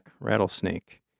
rattlesnake